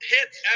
Hits